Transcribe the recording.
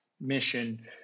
mission